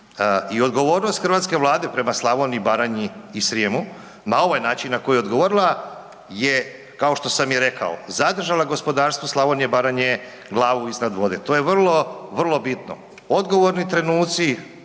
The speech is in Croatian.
i odgovornost hrvatske vlade prema Slavoniji, Baranji i Srijemu na ovaj način na koji je odgovorila, je kao što sam i rekao, zadržala gospodarstvo Slavonije, Baranje glavu iznad vode. To je vrlo vrlo bitno. Odgovorni trenuci,